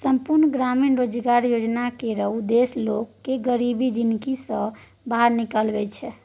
संपुर्ण ग्रामीण रोजगार योजना केर उद्देश्य लोक केँ गरीबी जिनगी सँ बाहर निकालब छै